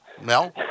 Mel